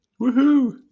Woohoo